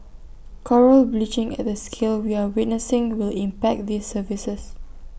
Coral bleaching at the scale we are witnessing will impact these services